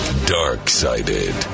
Dark-sided